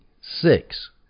six